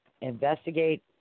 investigate